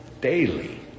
daily